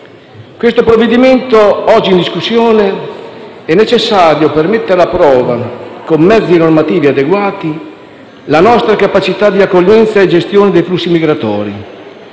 Questo provvedimento oggi in discussione è necessario per mettere alla prova, con mezzi normativi adeguati, la nostra capacità di accoglienza e gestione dei flussi migratori,